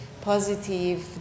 positive